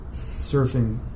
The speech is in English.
surfing